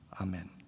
Amen